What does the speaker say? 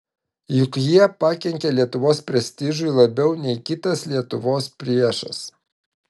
juk jie pakenkė lietuvos prestižui labiau nei kitas lietuvos priešas